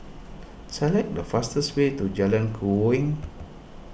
select the fastest way to Jalan Keruing